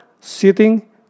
sitting